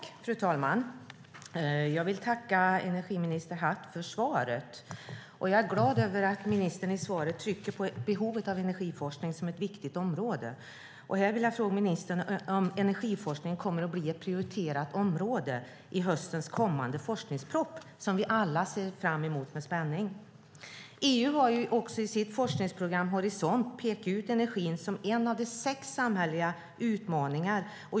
Fru talman! Jag vill tacka energiminister Hatt för svaret. Jag är glad över att ministern i svaret trycker på behovet av energiforskning som ett viktigt område. Här vill jag fråga ministern om energiforskning kommer att bli ett prioriterat område i höstens kommande forskningsproposition, som vi alla ser fram emot med spänning. EU har i sitt forskningsprogram Horizon 2020 pekat ut energin som en av sex samhälleliga utmaningar.